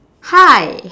hi